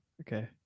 Okay